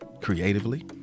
creatively